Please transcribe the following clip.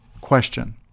question